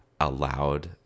allowed